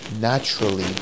naturally